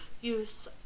use